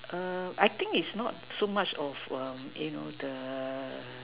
I think is not so much of the